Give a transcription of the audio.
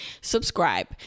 Subscribe